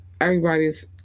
Everybody's